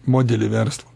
modelį verslo